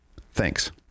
Thanks